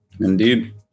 indeed